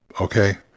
Okay